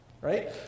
Right